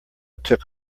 took